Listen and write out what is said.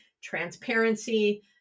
transparency